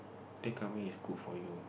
they coming is good for you